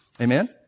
Amen